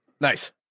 Nice